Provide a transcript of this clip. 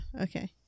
Okay